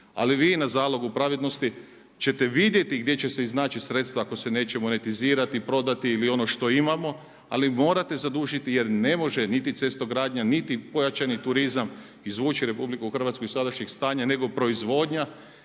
ali vi na zalogu pravednosti ćete vidjeti gdje će se iznaći sredstva ako se neće monetizirati, prodati ono što imamo ali morate zadužiti jer ne može niti cestogradnja niti pojačani turizam izvući RH iz sadašnjeg stanja nego proizvodnja